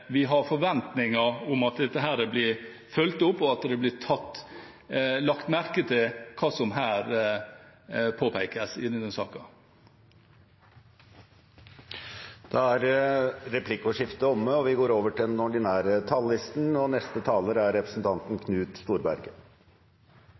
dette blir fulgt opp, og at det blir lagt merke til hva som her påpekes i denne saken. Replikkordskiftet er omme. Jeg har lyst til å starte med å si at prisinstrumentet og prisreguleringa av jord- og skogeiendommer er